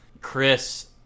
Chris